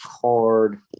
card